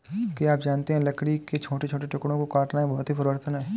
क्या आप जानते है लकड़ी को छोटे टुकड़ों में काटना एक भौतिक परिवर्तन है?